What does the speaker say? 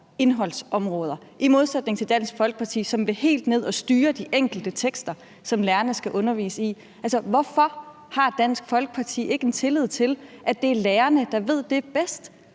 indholdsområder; i modsætning til Dansk Folkeparti, som vil helt ned at styre de enkelte tekster, som lærerne skal undervise i. Altså, hvorfor har Dansk Folkeparti ikke tillid til, at det er lærerne, der ved det bedst,